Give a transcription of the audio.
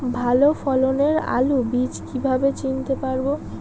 ভালো ফলনের আলু বীজ কীভাবে চিনতে পারবো?